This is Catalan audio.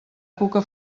cuca